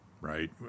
right